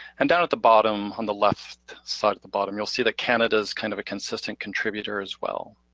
and down at the bottom on the left side of the bottom, you'll see that canada's kind of a consistent contributor as well.